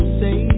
say